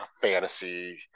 fantasy